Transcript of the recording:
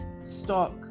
stock